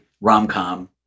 rom-com